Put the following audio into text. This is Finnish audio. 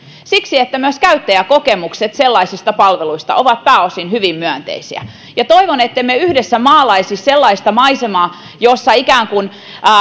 siksi että myös käyttäjäkokemukset sellaisista palveluista ovat pääosin hyvin myönteisiä toivon ettemme yhdessä maalaisi sellaista maisemaa jossa ikään kuin